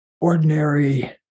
ordinary